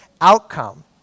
outcome